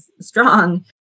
strong